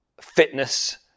fitness